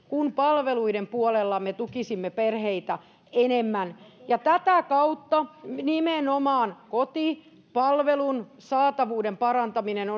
kun palveluiden puolella me tukisimme perheitä enemmän tätä kautta nimenomaan kotipalvelun saatavuuden parantaminen